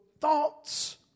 thoughts